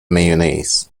mayonnaise